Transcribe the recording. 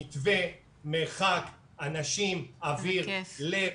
מתווה, מרחק, אנשים, אוויר, לב.